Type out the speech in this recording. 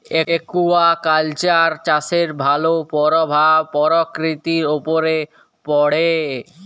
aquaculture চাষের ভালো পরভাব পরকিতির উপরে পড়ে